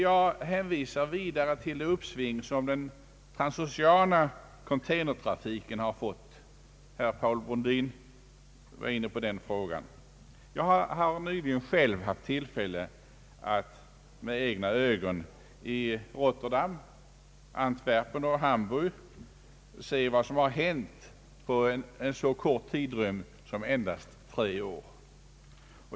Jag hänvisar vidare till det uppsving som den transoceana containertrafiken har fått — herr Paul Brundin var inne på den frågan. Jag har nyligen haft tillfälle att med egna ögon se vad som hänt på detta område i Rotterdam, Antwerpen och Hamburg under så kort tidrymd som tre år.